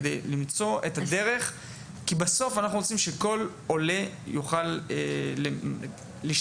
בסוף אנחנו רוצים שכל עולה יוכל להשתמש